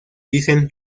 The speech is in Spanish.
dicen